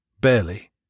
barely